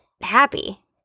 happy